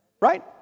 Right